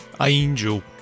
angel